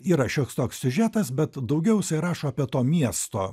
yra šioks toks siužetas bet daugiau jisai rašo apie to miesto